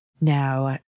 Now